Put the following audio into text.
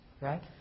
right